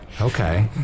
Okay